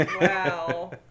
Wow